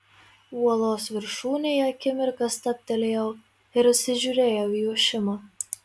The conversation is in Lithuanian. uolos viršūnėje akimirką stabtelėjau ir įsižiūrėjau į ošimą